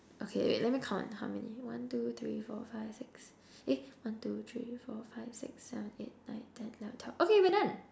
okay wait let me count how many one two three four five six eh one two three four five six seven eight nine ten eleven twelve okay we're done